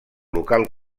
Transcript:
local